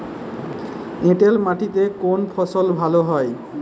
এঁটেল মাটিতে কোন ফসল ভালো হয়?